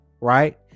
right